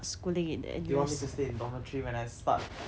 do you want me to stay in dormitory when I start N_U_S